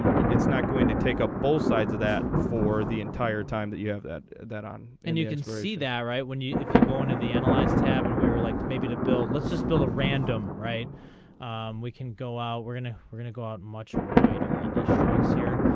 and it's not going to take a both sides of that for the entire time that you have that. that on and you can. see that right when you if you're going to the analyze tab and we were like maybe the bill let's just build a random. right we can go out we're gonna we're gonna go out much wider and the strikes here.